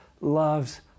loves